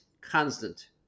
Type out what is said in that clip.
constant